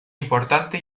importante